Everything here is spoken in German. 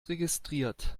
registriert